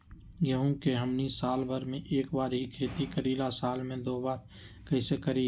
गेंहू के हमनी साल भर मे एक बार ही खेती करीला साल में दो बार कैसे करी?